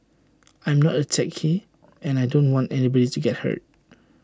I am not A techie and I don't want anybody to get hurt